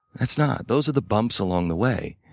that's not. those are the bumps along the way.